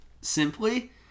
simply